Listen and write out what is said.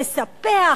לספח,